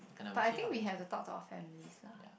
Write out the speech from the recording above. but I think we have to talk to our families lah